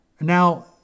Now